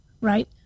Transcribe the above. right